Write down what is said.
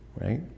right